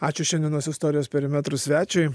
ačiū šiandienos istorijos perimetrų svečiui